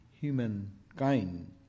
humankind